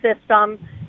system